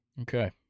Okay